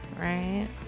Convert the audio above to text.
right